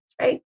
Right